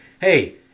Hey